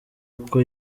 uko